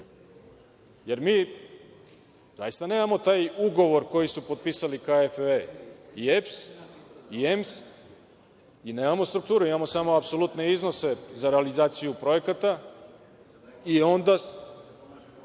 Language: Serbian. Mi zaista nemamo taj ugovor koji su potpisali kao KfW i EPS i EMS, i nemamo strukturu, imamo samo apsolutne iznose za realizaciju projekata, i onda